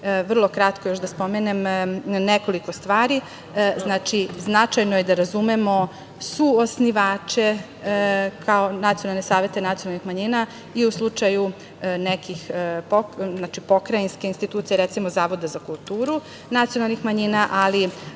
vrlo kratko još da spomenem nekoliko stvari. Značajno je da razumemo suosnivače kao nacionalne savete nacionalnih manjina i u slučaju nekih pokrajinskih institucija, recimo Zavoda za kulturu nacionalnih manjina, ali